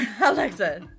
Alexa